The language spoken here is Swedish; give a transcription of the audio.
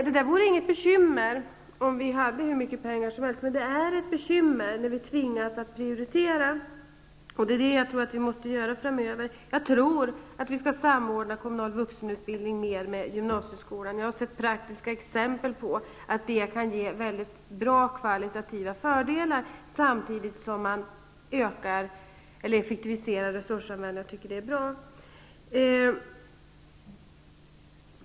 Det vore inte något bekymmer om vi hade hur mycket pengar som helst. Men det är ett bekymmer när vi tvingas att prioritera. Det är det jag tror att vi måste göra framöver. Vi bör samordna kommunal vuxenutbildning mer med gymansieskolan. Jag har sett praktiska exempel på att det kan ge mycket goda kvalitativa fördelar samtidigt som man effektiviserar resursanvändningen, och det anser jag är bra.